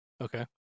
Okay